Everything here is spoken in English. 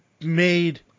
made